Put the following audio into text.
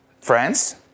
France